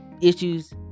issues